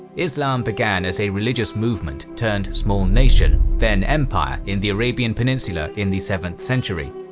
islam began as a religious movement turned small nation, then empire in the arabian peninsula in the seventh century,